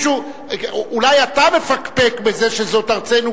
אולי אתה מפקפק בזה שזאת ארצנו,